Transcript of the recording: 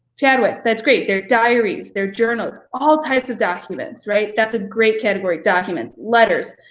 chadwick, that's great. their diaries, their journals, all types of documents. right, that's a great category, documents. letters,